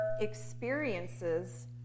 experiences